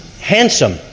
handsome